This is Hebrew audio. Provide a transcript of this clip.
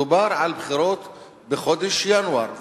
דובר על בחירות בחודש ינואר,